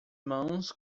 mãos